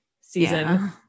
season